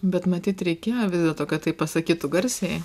bet matyt reikėjo vis dėlto kad tai pasakytų garsiai